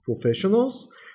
professionals